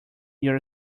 your